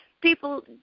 people